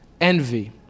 envy